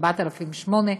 4,800,